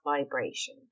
vibration